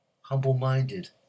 Humble-minded